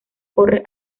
corre